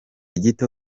gito